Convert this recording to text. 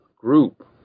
group